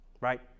right